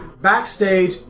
backstage